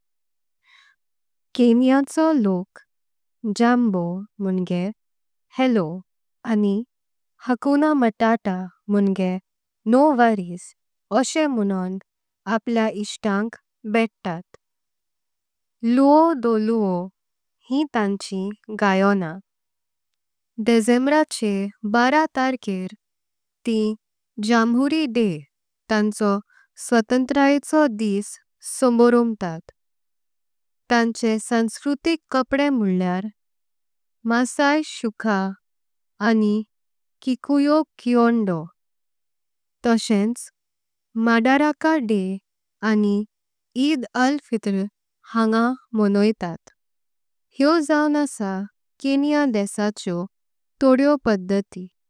केन्याचो लोक जंबो म्होणगे हेलो आनी हकुना मटाटा। म्होणगे नो वोरीस असेम म्हणोण आपल्या इच्छातांक भेटतात। लुओ ढोलो हि तांचें गायों डिसेंब्राचे बार तर्केर तीं जम्हूरी डे। तांचो स्वतंत्रतायचो दिस सोंमोरोम्तात तांचे संस्कृतिक कपडे। म्होळ्ले मासाई शुका आनी किकुइयो किओंडो तसंच। मदारका डे आनी ईद अल-फितर हांगा मोनोइतात। हे जाऊं आसा केन्या देशाचे तोडे पधती।